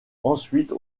ensuite